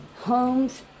homes